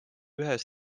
ühes